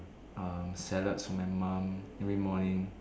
um salads for my mom every morning